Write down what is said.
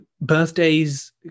birthdays